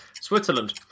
Switzerland